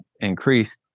increase